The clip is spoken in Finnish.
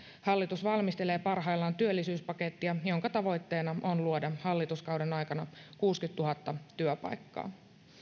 hallitus valmistelee parhaillaan työllisyyspakettia jonka tavoitteena on luoda hallituskauden aikana kuusikymmentätuhatta työpaikkaa